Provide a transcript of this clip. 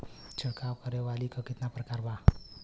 छिड़काव करे वाली क कितना प्रकार बा?